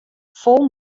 fol